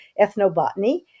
ethnobotany